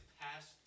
past